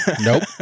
Nope